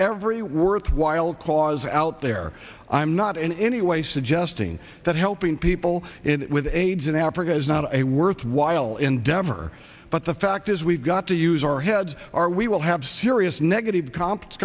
every worthwhile cause out there i'm not in any way suggesting that helping people with aids in africa is not a worthwhile endeavor but the fact is we've got to use our heads are we will have serious negative comps